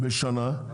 בשנה.